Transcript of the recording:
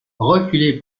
reculer